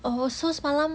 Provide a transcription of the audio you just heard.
oh so semalam